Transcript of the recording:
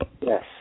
Yes